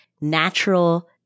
natural